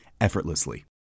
effortlessly